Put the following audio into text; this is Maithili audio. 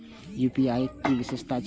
यू.पी.आई के कि विषेशता छै?